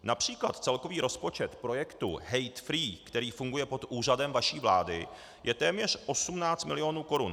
Například celkový rozpočet projektu HateFree, který funguje pod úřadem vaší vlády, je téměř 18 milionů korun.